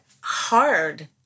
hard